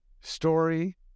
story